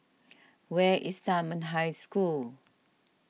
where is Dunman High School